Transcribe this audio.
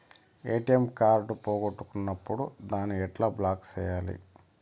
ATM card పోగొట్టుకున్నప్పుడు దాన్ని ఎట్లా బ్లాక్ సేయాలి